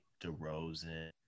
DeRozan